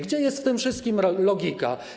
Gdzie jest w tym wszystkim logika?